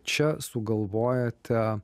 čia sugalvojote